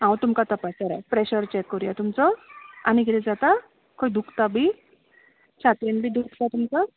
हांव तुमकां तपासतां तर प्रॅशर चॅक करुयां तुमचो आनी किदें जाता खंय दुखता बी छातयेन बी दुखता तुमच्या